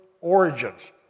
origins